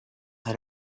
had